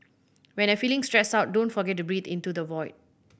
when you are feeling stressed out don't forget to breathe into the void